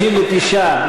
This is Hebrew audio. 59,